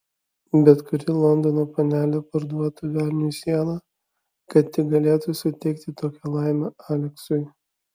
bet kuri londono panelė parduotų velniui sielą kad tik galėtų suteikti tokią laimę aleksui